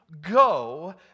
go